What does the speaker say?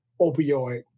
opioid